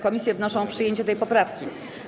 Komisje wnoszą o przyjęcie tej poprawki.